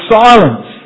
silence